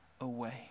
away